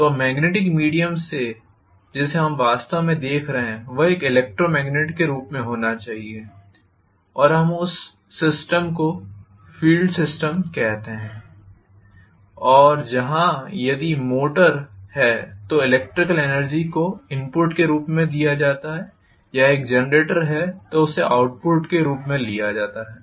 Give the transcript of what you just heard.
तो magnetic medium से जिसे हम वास्तव में देख रहे हैं वह एक इलेकट्रोमेग्नेट के रूप में होना चाहिए और हम उस सिस्टम को फील्ड सिस्टमकहते हैं और जहां यदि मोटर है तो इलेक्ट्रिकल एनर्जी को इनपुट के रूप में दिया जाता है या एक जनरेटर है तो इसे आउटपुट के रूप में लिया जाता है